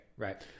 Right